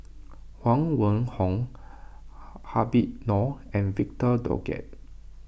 Huang Wenhong Habib Noh and Victor Doggett